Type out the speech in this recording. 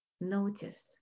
notice